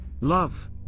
Love